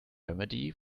remedy